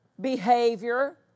behavior